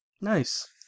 Nice